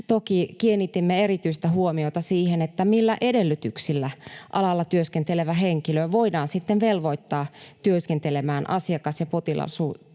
toki kiinnitimme erityistä huomiota siihen, millä edellytyksillä alalla työskentelevä henkilö voidaan sitten velvoittaa työskentelemään asiakas- ja potilasturvallisuustyössä,